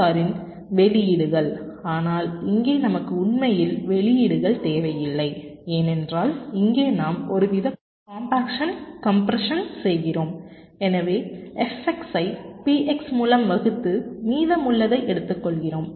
ஆரின் வெளியீடுகள் ஆனால் இங்கே நமக்கு உண்மையில் வெளியீடுகள் தேவையில்லை ஏனென்றால் இங்கே நாம் ஒருவித கம்பாக்சன் கம்ப்ரசன் செய்கிறோம் எனவே FX ஐ PX மூலம் வகுத்து மீதமுள்ளதை எடுத்துக்கொள்கிறோம்